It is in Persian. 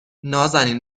نازنین